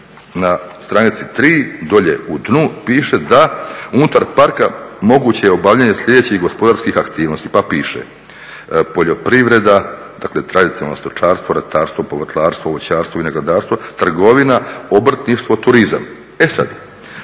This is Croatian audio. na stranici tri dolje u dnu piše da unutar parka moguće je obavljanje sljedećih gospodarskih aktivnosti pa piše: poljoprivreda, dakle tradicionalno stočarstvo, ratarstvo, povrtlarstvo, voćarstvo, vinogradarstvo, trgovina, obrtništvo, turizam. E sad,